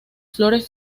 flores